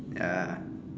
ya